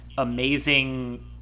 amazing